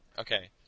okay